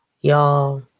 y'all